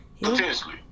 Potentially